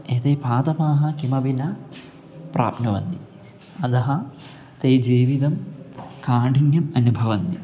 एते पादपाः किमपि न प्राप्नुवन्ति अतः ते जीवितं काठिन्यम् अनुभवन्ति